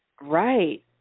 Right